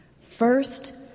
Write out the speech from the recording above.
First